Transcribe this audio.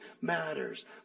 matters